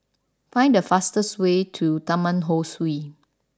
find the fastest way to Taman Ho Swee